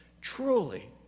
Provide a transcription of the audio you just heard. truly